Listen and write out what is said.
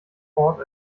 thought